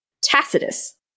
Tacitus